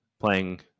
playing